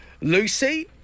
Lucy